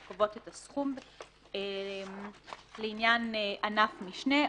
שקובעות את הסכום לעניין ענף משנה.